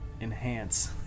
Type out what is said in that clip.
enhance